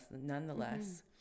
nonetheless